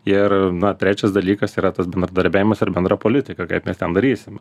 ir na trečias dalykas yra tas bendradarbiavimas ir bendra politika kaip mes ten darysim